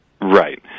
Right